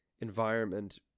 environment